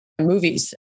movies